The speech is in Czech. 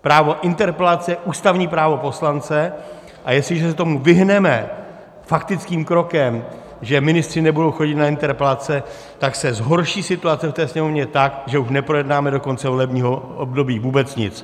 Právo interpelace je ústavní právo poslance, a jestliže se tomu vyhneme faktickým krokem, že ministři nebudou chodit na interpelace, tak se zhorší situace v té Sněmovně tak, že už neprojednáme do konce volebního období vůbec nic.